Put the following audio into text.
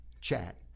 chat